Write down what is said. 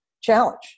challenge